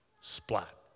splat